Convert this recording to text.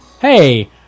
hey